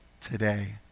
today